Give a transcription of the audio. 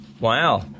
wow